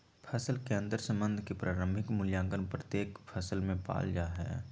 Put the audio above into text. फसल के अंतर्संबंध के प्रारंभिक मूल्यांकन प्रत्येक फसल में पाल जा हइ